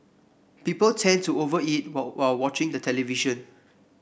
people tend to over eat while watching the television